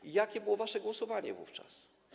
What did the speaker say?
I jakie było wasze głosowanie wówczas?